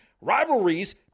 rivalries